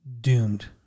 doomed